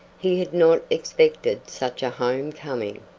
he had not expected such a home-coming.